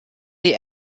est